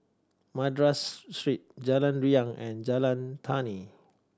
Madras Street Jalan Riang and Jalan Tani